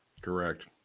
Correct